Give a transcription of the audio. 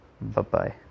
Bye-bye